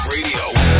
Radio